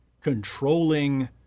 controlling